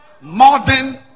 Modern